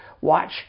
watch